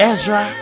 Ezra